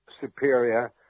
superior